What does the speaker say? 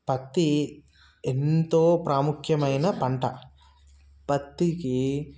పత్తి ఎంతో ప్రాముఖ్యమైన పంట పత్తికి